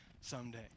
someday